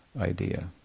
idea